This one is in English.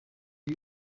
are